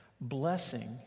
blessing